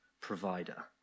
provider